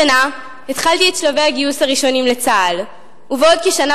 השנה התחלתי את שלבי הגיוס הראשונים לצה"ל ובעוד כשנה